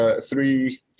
three